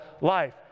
life